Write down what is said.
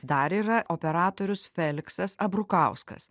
dar yra operatorius feliksas abrukauskas